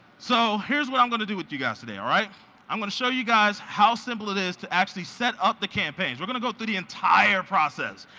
so here's what i'm gonna do with you guys today. i'm gonna show you guys how simple it is to actually set up the campaigns. we're gonna go through the entire process.